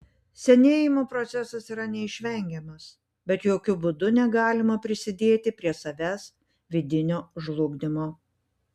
senėjimo procesas yra neišvengiamas bet jokiu būdu negalima prisidėti prie savęs vidinio žlugdymo